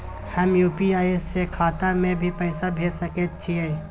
हम यु.पी.आई से खाता में भी पैसा भेज सके छियै?